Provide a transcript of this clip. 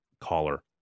caller